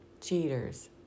Cheaters